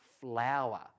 flower